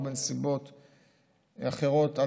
בנסיבות אחרות,